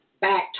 back